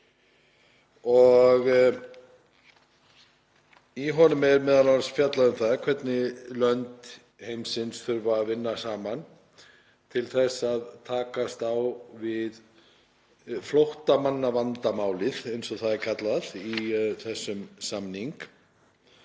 Í honum er m.a. fjallað um það hvernig lönd heimsins þurfa að vinna saman til þess að takast á við flóttamannavandamálið, eins og það er kallað í þessum samningi.